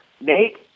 Nate